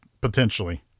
potentially